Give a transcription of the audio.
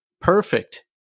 perfect